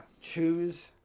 choose